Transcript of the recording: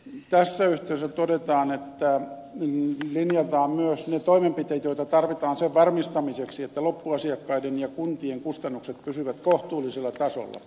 tässä yhteydessä todetaan että linjataan myös ne toimenpiteet joita tarvitaan sen varmistamiseksi että loppuasiakkaiden ja kuntien kustannukset pysyvät kohtuullisella tasolla